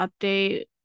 update